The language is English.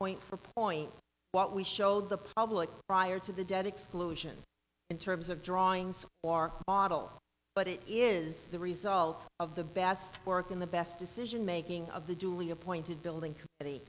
point for point what we showed the public prior to the dead exclusion in terms of drawings or adl but it is the result of the best work in the best decision making of the duly appointed building